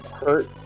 hurt